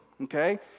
okay